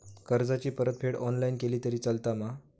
कर्जाची परतफेड ऑनलाइन केली तरी चलता मा?